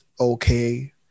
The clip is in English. okay